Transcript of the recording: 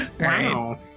Wow